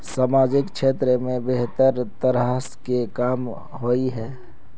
सामाजिक क्षेत्र में बेहतर तरह के काम होय है?